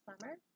summer